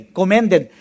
commended